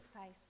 face